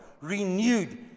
renewed